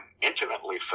intimately